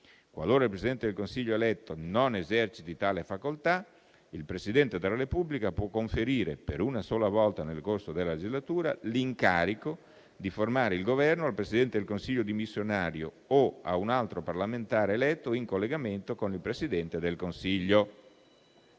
Qualora il Presidente del Consiglio eletto non eserciti tale facoltà, il Presidente della Repubblica può conferire, per una sola volta nel corso della legislatura, l'incarico di formare il Governo al Presidente del Consiglio dimissionario o a un altro parlamentare eletto in collegamento con il Presidente del Consiglio.